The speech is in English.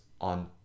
on